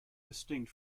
distinct